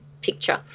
picture